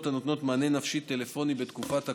הנותנות מענה נפשי טלפוני בתקופת הקורונה.